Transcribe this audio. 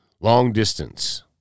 long-distance